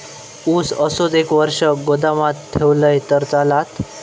ऊस असोच एक वर्ष गोदामात ठेवलंय तर चालात?